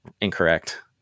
incorrect